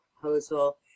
proposal